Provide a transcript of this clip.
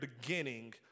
beginning